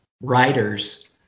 writers